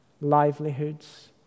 livelihoods